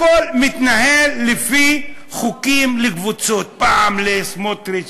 הכול מתנהל לפי חוקים לקבוצות: פעם לסמוטריץ,